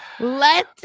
let